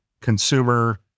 consumer